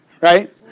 Right